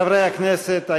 חברי הכנסת,